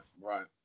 right